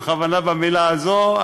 במתכוון אני לא משתמש במילה הזו,